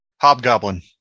Hobgoblin